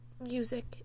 music